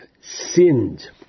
sinned